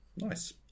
nice